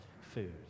food